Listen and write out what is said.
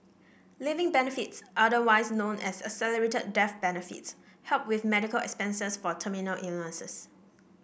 living benefits otherwise known as accelerated death benefits help with medical expenses for terminal illnesses